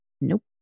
Nope